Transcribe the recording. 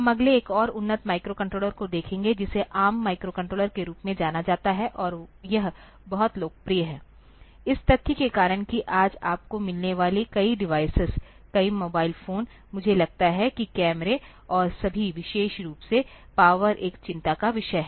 हम अगले एक और उन्नत माइक्रोकंट्रोलर को देखेंगे जिसे एआरएम माइक्रोकंट्रोलर के रूप में जाना जाता है और यह बहुत लोकप्रिय है इस तथ्य के कारण कि आज आपको मिलने वाले कई डिवाइस कई मोबाइल फोन मुझे लगता है कि कैमरे और सभी विशेष रूप से पावर एक चिंता का विषय है